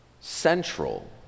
central